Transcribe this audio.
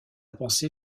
pensée